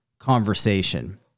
conversation